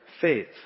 Faith